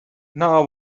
now